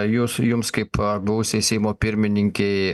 jūs jums kaip buvusiai seimo pirmininkei